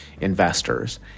investors